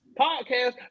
podcast